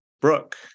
brooke